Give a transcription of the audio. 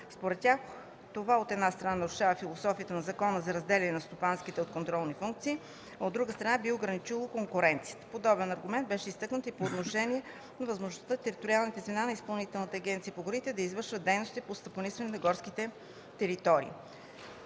Според тях това, от една страна, нарушава философията на закона за разделяне на стопанските от контролните функции, от друга страна, би ограничило конкуренцията. Подобен аргумент беше изтъкнат и по отношение на възможността териториални звена на Изпълнителната агенция по горите да извършват дейности по стопанисване на горски територии.